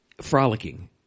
frolicking